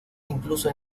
incluso